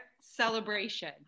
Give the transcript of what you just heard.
celebration